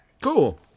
Cool